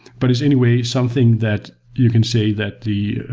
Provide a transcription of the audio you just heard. but it's, anyway, something that you can say that the